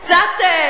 קצת,